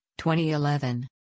2011